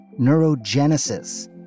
neurogenesis